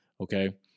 okay